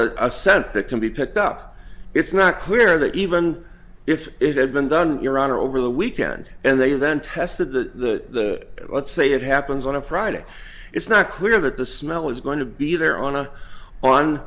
is a scent that can be picked up it's not clear that even if it had been done your honor over the weekend and they then tested the let's say it happens on a friday it's not clear that the smell is going to be there on a on